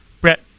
brett